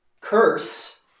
curse